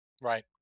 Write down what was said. right